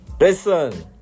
listen